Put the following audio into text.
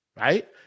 right